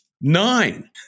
nine